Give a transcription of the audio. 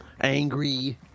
Angry